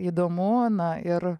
įdomu na ir